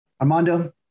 Armando